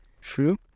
True